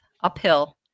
uphill